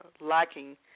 lacking